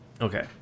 Okay